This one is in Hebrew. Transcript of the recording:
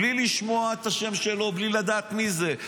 בלי לשמוע את השם שלו ובלי לדעת מי זה.